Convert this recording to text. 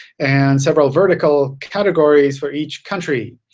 and several vertical categories for each country.